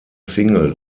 single